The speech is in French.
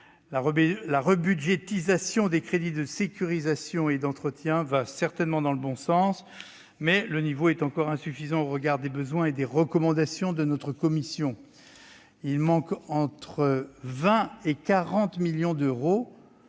La rebudgétisation des crédits de sécurisation et d'entretien va dans le bon sens, mais le niveau est encore insuffisant au regard des besoins et des recommandations de notre commission. Il manque entre 20 millions et 40 millions d'euros